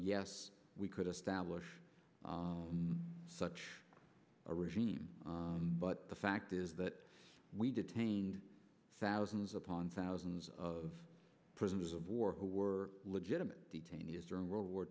yes we could establish such a regime but the fact is that we detained thousands upon thousands of prisoners of war who were legitimate detainees during world war